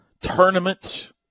tournament